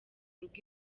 rugo